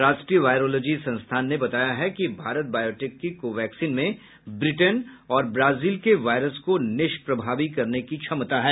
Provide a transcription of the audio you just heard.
राष्ट्रीय वायरोलॉजी संस्थान ने बताया है कि भारत बायोटैक की कोवैक्सीन में ब्रिटेन और ब्राजील के वायरस को निष्प्रभावी करने की क्षमता है